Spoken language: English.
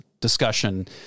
discussion